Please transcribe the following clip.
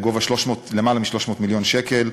בגובה של למעלה מ-300 מיליון שקל,